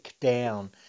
down